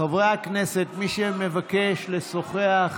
חברי הכנסת, מי שמבקש לשוחח,